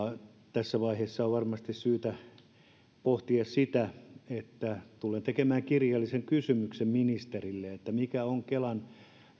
tässä vaiheessa on varmasti syytä pohtia sitä mistä tulen tekemään kirjallisen kysymyksen ministerille mikä on kelan